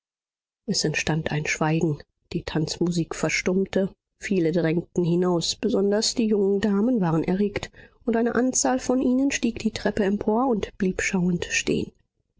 es entstand ein schweigen die tanzmusik verstummte viele drängten hinaus besonders die jungen damen waren erregt und eine anzahl von ihnen stieg die treppe empor und blieb schauend stehen